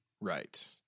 Right